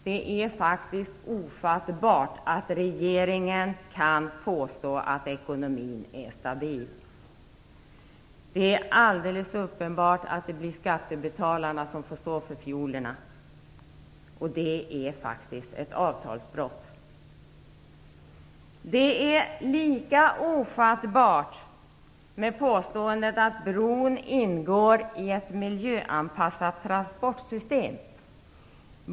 Det är faktiskt ofattbart att regeringen kan påstå att ekonomin är stabil! Det är alldeles uppenbart att det blir skattebetalarna som får stå för fiolerna, och det innebär ett avtalsbrott. Det är lika ofattbart med påståendet att bron ingår i ett miljöanpassat transportsystem.